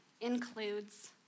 includes